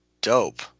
dope